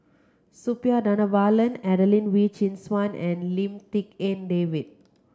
Suppiah Dhanabalan Adelene Wee Chin Suan and Lim Tik En David